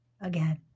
again